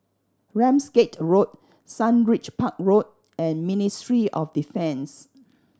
Ramsgate Road Sundridge Park Road and Ministry of Defence